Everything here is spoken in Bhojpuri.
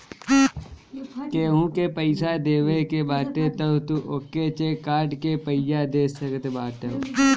केहू के पईसा देवे के बाटे तअ तू ओके चेक काट के पइया दे सकत बाटअ